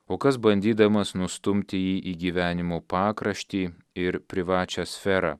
o kas bandydamas nustumti jį į gyvenimo pakraštį ir privačią sferą